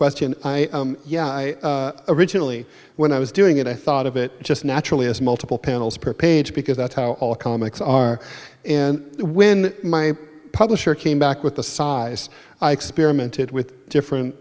question yeah i originally when i was doing it i thought of it just naturally as multiple panels per page because that's how all comics are and when my publisher came back with the size i experimented with different